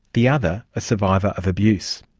the other a survivor of abuse.